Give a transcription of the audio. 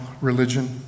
religion